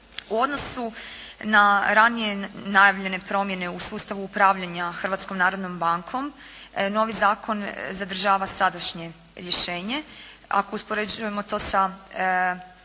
U odnosu na ranije najavljene promjene u sustavu upravljanja Hrvatskom narodnom bankom, novi zakon zadržava sadašnje rješenje, ako uspoređujemo to sa